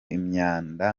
imyanda